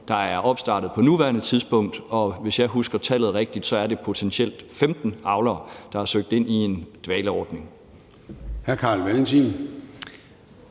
der er opstartet på nuværende tidspunkt, og hvis jeg husker tallet rigtigt, er det potentielt 15 avlere, der har søgt ind i en dvaleordning.